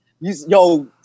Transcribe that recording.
Yo